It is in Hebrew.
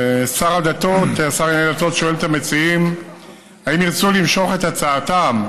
השר לענייני דתות שואל את המציעים אם ירצו למשוך את הצעתם.